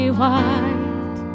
white